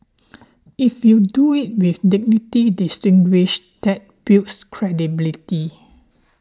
if you do it with dignity distinguished that builds credibility